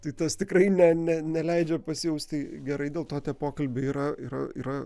tai tas tikrai ne ne neleidžia pasijausti gerai dėl to tie pokalbiai yra yra yra